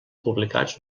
publicats